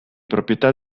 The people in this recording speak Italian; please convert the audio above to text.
proprietà